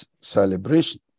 celebration